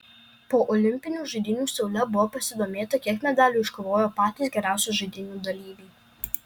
po olimpinių žaidynių seule buvo pasidomėta kiek medalių iškovojo patys geriausi žaidynių dalyviai